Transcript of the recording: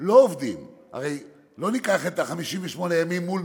לא עובדים, הרי לא ניקח את 58 הימים מול